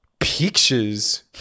Pictures